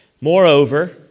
Moreover